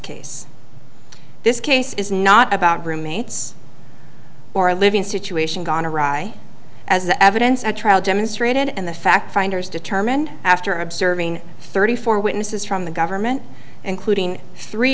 case this case is not about roommates or a living situation gone awry as the evidence at trial demonstrated and the fact finders determined after observing thirty four witnesses from the government including three